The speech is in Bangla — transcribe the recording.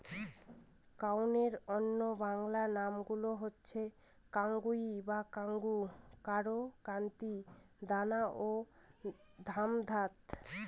কাউনের অন্য বাংলা নামগুলো হচ্ছে কাঙ্গুই বা কাঙ্গু, কোরা, কান্তি, দানা ও শ্যামধাত